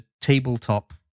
tabletop